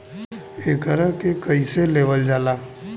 एकरके कईसे लेवल जाला?